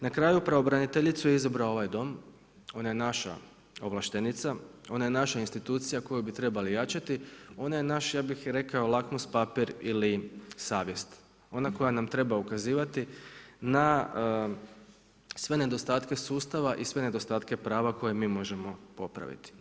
Na kraju, pravobraniteljicu je izabrao ovaj Dom, ona je naša ovlaštenica, ona je naša institucija koju bi trebali jačati, ona je naš ja bih rekao lakmus papir ili savjest, ona koja nam treba ukazivati na sve nedostatke sustava i sve nedostatke prava koje mi možemo popraviti.